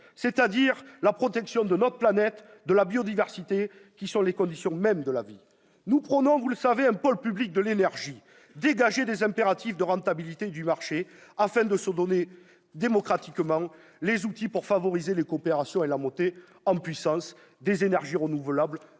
c'est-à-dire la protection de notre planète, de la biodiversité, qui est la condition même de la vie. Nous prônons, vous le savez, un pôle public de l'énergie, dégagé des impératifs de rentabilité et du marché, afin que notre pays se donne démocratiquement les outils pour favoriser les coopérations et la montée en puissance des énergies renouvelables